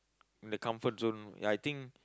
in the comfort zone I think